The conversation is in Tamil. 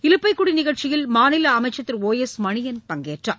இலுப்பைக்குடிநிகழ்ச்சியில் மாநிலஅமைச்சர் திரு ஒ எஸ் மணியன் பங்கேற்றார்